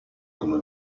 come